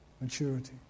maturity